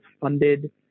funded